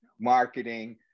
marketing